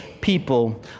people